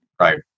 right